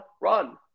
run